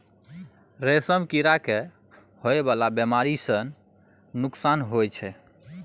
रेशम कीड़ा के होए वाला बेमारी सँ नुकसान होइ छै